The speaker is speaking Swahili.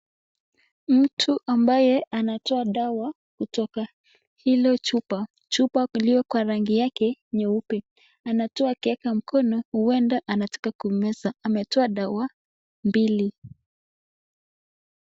Mtu ambaye anatoa dawa , kutoka hilo chupa, chupa iliyo kwa rangi yake nyeupe , anatoa akieka mkono, huenda anataka kumeza, ametoa dawa mbili.